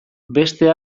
beste